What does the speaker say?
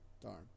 Darn